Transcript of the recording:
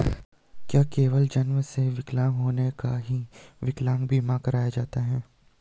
क्या केवल जन्म से विकलांग लोगों का ही विकलांगता बीमा कराया जाता है?